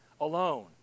Alone